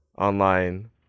online